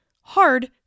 hard